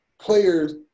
players